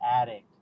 addict